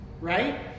right